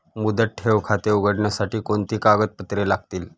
मुदत ठेव खाते उघडण्यासाठी कोणती कागदपत्रे लागतील?